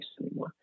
anymore